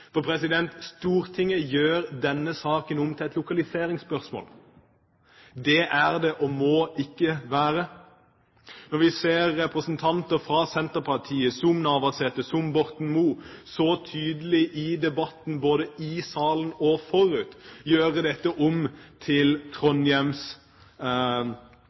Stortinget gjør denne saken om til et lokaliseringsspørsmål. Det er det ikke, og det må det ikke være. Vi har sett at representanter fra Senterpartiet, som Navarsete og Borten Moe, så tydelig i debatten, både i og utenfor denne salen, har gjort dette til